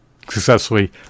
Successfully